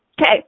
Okay